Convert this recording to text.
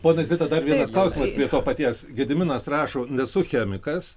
ponia zita dar vienas klausimais prie to paties gediminas rašo nesu chemikas